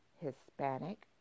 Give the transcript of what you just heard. Hispanic